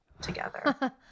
together